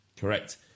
Correct